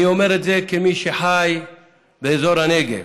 אני אומר את זה כמי שחי באזור הנגב,